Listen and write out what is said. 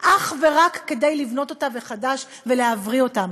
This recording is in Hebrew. אך ורק כדי לבנות אותה מחדש ולהבריא אותם.